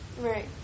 Right